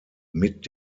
mit